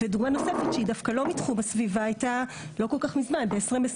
ודוגמה נוספת שהיא דווקא לא מתחום הסביבה הייתה לא כל כך מזמן ב- 2021,